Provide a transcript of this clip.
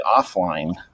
offline